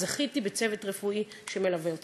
וזכיתי בצוות רפואי שמלווה אותי.